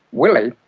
willie,